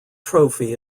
trophy